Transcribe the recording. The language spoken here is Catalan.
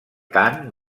tant